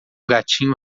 gatinho